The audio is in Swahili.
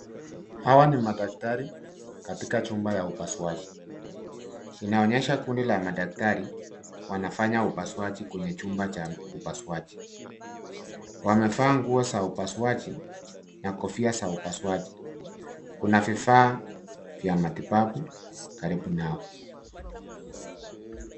Hawa ni madaktari katika chumba ya upasuaji. Inaonyesha kundi la madaktari, wanafanya upasuaji kwenye chumba cha upasuaji. Wamevaa nguo za upasuaji na kofia za upasuaji. Kuna vifaa vya matibabu karibu nao.